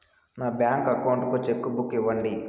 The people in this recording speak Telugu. నా బ్యాంకు అకౌంట్ కు చెక్కు బుక్ ఇవ్వండి